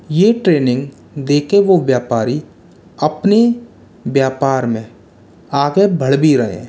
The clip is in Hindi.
ये ट्रेनिंग दे के वो व्यापारी अपने व्यापार में आगे बढ़ भी रहे हैं